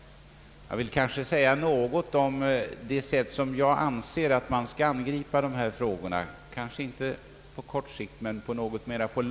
Jag vill dock säga något om det sätt på vilket jag anser att man skall angripa dessa frågor, kanske inte på kort sikt men på något längre sikt.